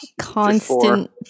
Constant